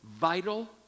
vital